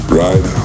right